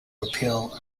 appeal